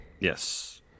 Yes